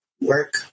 work